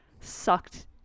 sucked